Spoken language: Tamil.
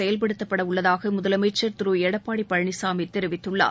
செயல்படுத்தப்படவுள்ளதாக முதலமைச்சா் திரு எடப்பாடி பழனிசாமி தெரிவித்துள்ளார்